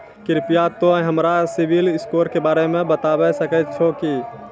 कृपया तोंय हमरा सिविल स्कोरो के बारे मे बताबै सकै छहो कि?